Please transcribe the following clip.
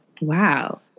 wow